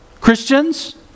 Christians